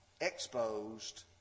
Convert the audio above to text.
exposed